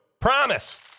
promise